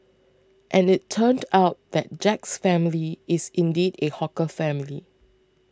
and it turned out that Jack's family is indeed a hawker family